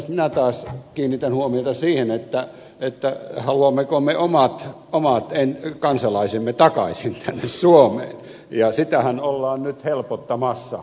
minä taas kiinnitän huomiota siihen haluammeko me omat kansalaisemme takaisin tänne suomeen ja sitähän ollaan nyt helpottamassa tällä kansalaisuudenpalauttamisasialla